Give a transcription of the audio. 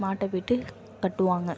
மாட்டை போய்ட்டு கட்டுவாங்க